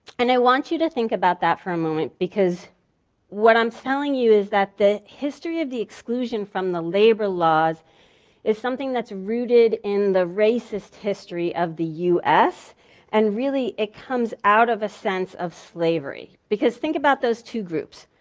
and i want you to think about that for a moment because what i'm telling you is that the history of the exclusion from the labor laws is something that's rooted in the racist history of the us and really, it comes out of a sense of slavery. because think about those two groups.